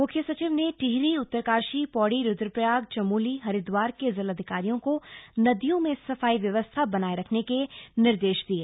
मुख्य सचिव ने टिहरी उत्तरकाशी पौड़ी रूद्रप्रयाग चमोली हरिद्वार के जिलाधिकारियों को नदियों में सफाई व्यवस्था बनाये रखने के निर्देश दिये